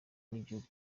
n’igihugu